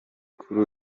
kuri